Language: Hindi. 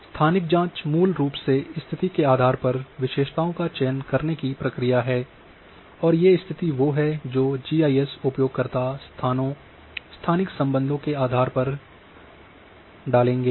स्थानिक जाँच मूल रूप से स्तिथि के आधार पर विशेषताओं का चयन करने की प्रक्रिया है और ये स्थिति वो है जो जीआईएस उपयोगकर्ता स्थानों स्थानिक संबंधों के आधार पर डालेंगे